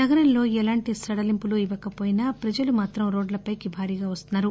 నగరంలో ఎలాంటి సడలింపులు ఇవ్వకపోయినా ప్రజలు మాత్రం రోడ్లపైకి భారీగా వస్తున్నారు